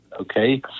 okay